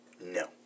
No